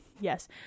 yes